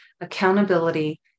accountability